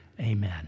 amen